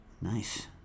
Nice